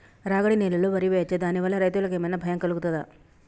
రాగడి నేలలో వరి వేయచ్చా దాని వల్ల రైతులకు ఏమన్నా భయం కలుగుతదా?